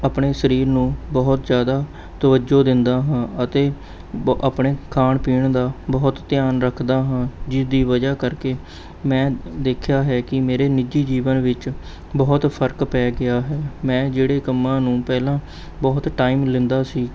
ਆਪਣੇ ਸਰੀਰ ਨੂੰ ਬਹੁਤ ਜ਼ਿਆਦਾ ਤਵੱਜੋ ਦਿੰਦਾ ਹਾਂ ਅਤੇ ਆਪਣੇ ਖਾਣ ਪੀਣ ਦਾ ਬਹੁਤ ਧਿਆਨ ਰੱਖਦਾ ਹਾਂ ਜਿਸ ਦੀ ਵਜ੍ਹਾ ਕਰਕੇ ਮੈਂ ਦੇਖਿਆ ਹੈ ਕਿ ਮੇਰੇ ਨਿੱਜੀ ਜੀਵਨ ਵਿੱਚ ਬਹੁਤ ਫ਼ਰਕ ਪੈ ਗਿਆ ਹੈ ਮੈਂ ਜਿਹੜੇ ਕੰਮਾਂ ਨੂੰ ਪਹਿਲਾਂ ਬਹੁਤ ਟਾਇਮ ਲੈਂਦਾ ਸੀ